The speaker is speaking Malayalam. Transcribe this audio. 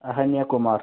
അഹന്യ കുമാർ